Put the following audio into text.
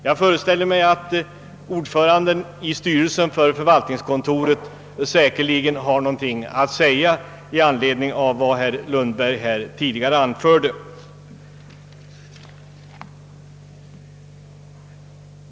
Jag föreställer mig att ordföranden i styrelsen för förvaltningskontoret har en del att säga i anledning av vad herr Lundberg anförde.